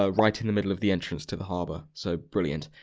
ah right in the middle of the entrance to the harbour so, brilliant!